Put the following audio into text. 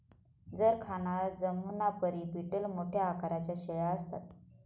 जरखाना जमुनापरी बीटल मोठ्या आकाराच्या शेळ्या असतात